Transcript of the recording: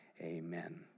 Amen